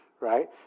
right